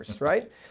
right